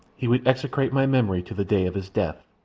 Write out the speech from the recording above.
he would execrate my memory to the day of his death.